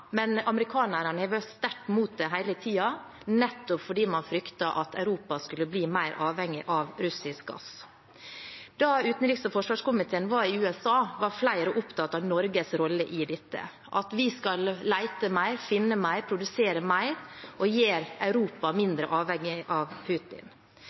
Amerikanerne har vært sterkt mot den hele tiden, nettopp fordi man fryktet at Europa skulle bli mer avhengig av russisk gass. Da utenriks- og forsvarskomiteen var i USA, var flere opptatt av Norges rolle i dette, at vi skal lete mer, finne mer, produsere mer og gjøre Europa mindre avhengig av Putin.